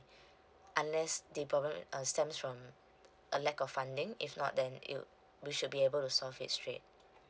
unless the problem uh stems from a lack of funding if not then it'll we should be able to solve it straight